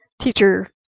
teacher